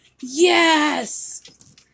yes